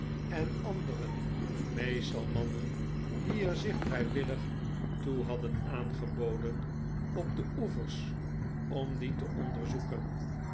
en anderen meestal mannen die er zich vrywillig toe hadden aangeboden op de oevers om die te onderzoeken